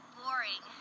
boring